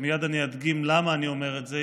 שמייד אדגים למה אני אומר את זה,